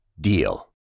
DEAL